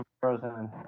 frozen